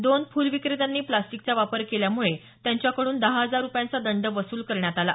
दोन फुल विक्रेत्यांनी प्लास्टिकचा वापर केल्यामुळे त्यांच्याकडून दहा हजार रुपयांचा दंड वसल करण्यात आला